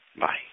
Bye